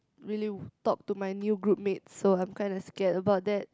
really talk to my new group mates so I'm kind of scared about that